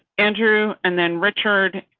andrew and then richard.